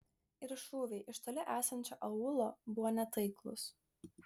ir šūviai iš toli esančio aūlo buvo netaiklūs